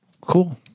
Cool